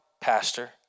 pastor